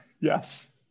Yes